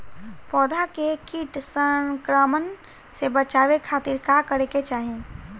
पौधा के कीट संक्रमण से बचावे खातिर का करे के चाहीं?